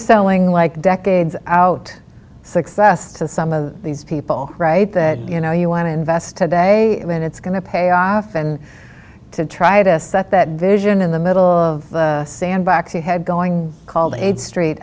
selling like decades out success to some of these people right that you know you want to invest today and then it's going to pay off and to try to set that vision in the middle of the sandbox ahead going called eight st